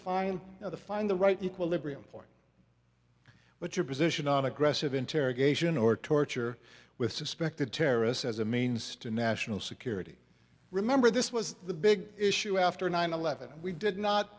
the find the right equilibrium point what's your position on aggressive interrogation or torture with suspected terrorists as a means to national security remember this was the big issue after nine eleven we did not